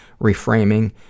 reframing